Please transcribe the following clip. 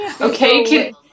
Okay